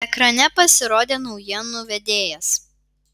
ekrane pasirodė naujienų vedėjas